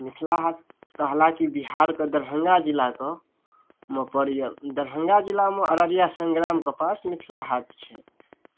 मिथिला हाट हालाँकि बिहारके दरभङ्गा जिलाकेमे पड़ैए दरभङ्गा जिलामे अररिया सङ्ग्रामके पास मिथिला हाट छै